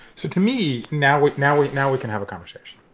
so to me now what? now wait. now we can have a conversation.